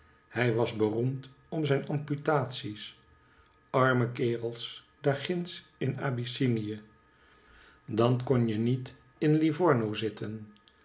hij was beroemd om zijn amputatiesl arme kerels daar ginds in abyssinie dan kon je niet in livomo zitten